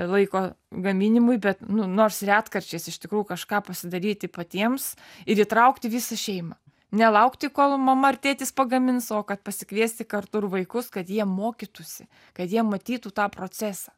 laiko gaminimui bet nu nors retkarčiais iš tikrų kažką pasidaryti patiems ir įtraukti visą šeimą nelaukti kol mama ar tėtis pagamins o kad pasikviesti kartu ir vaikus kad jie mokytųsi kad jie matytų tą procesą